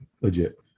legit